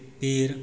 पेड़